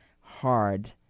hard